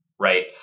right